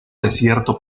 desierto